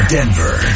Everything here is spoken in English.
Denver